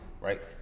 Right